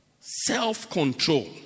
self-control